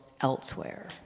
elsewhere